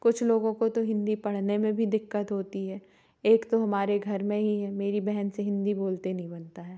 कुछ लोगों को तो हिन्दी पढ़ने में भी दिक्कत होती है एक तो हमारे घर में ही है मेरी बहन से हिन्दी बोलते नहीं बनता है